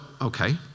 okay